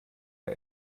der